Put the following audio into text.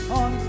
on